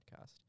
podcast